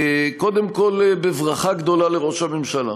קודם כול, בברכה גדולה לראש הממשלה,